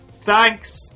Thanks